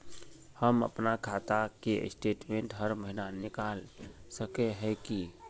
हम अपना खाता के स्टेटमेंट हर महीना निकल सके है की?